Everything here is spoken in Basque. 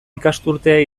ikasturtea